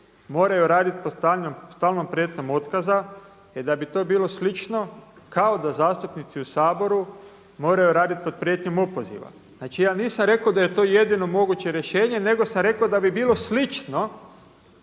moraju raditi pod stalnom prijetnjom otkaza. I da bi to bilo slično kao da zastupnici u Saboru moraju raditi pod prijetnjom opoziva. Znači ja nisam rekao da je to jedino moguće rješenje nego sam rekao da bi bilo slično